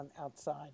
outside